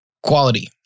quality